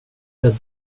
jag